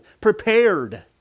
prepared